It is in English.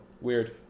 Weird